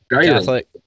Catholic